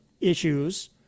issues